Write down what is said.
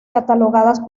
catalogadas